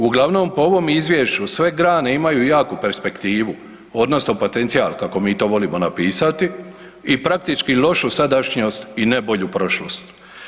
Uglavnom, po ovom Izvješću sve grane imaju jaku perspektivu, odnosno potencijal, kako mi to volimo napisati i praktički lošu sadašnjost i ne bolju prošlost.